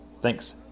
Thanks